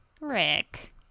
Rick